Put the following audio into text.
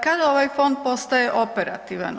Kada ovaj fond postaje operativan?